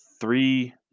three